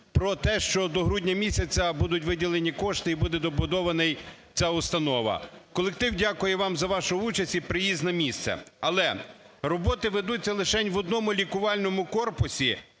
про те, що до грудня місяця будуть виділені кошти і буде добудована ця установа. Колектив дякує вам за вашу участь і приїзд на місце. Але роботи ведуться лише в одному лікувальному корпусі